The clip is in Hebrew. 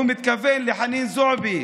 הוא מתכוון לחנין זועבי